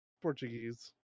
Portuguese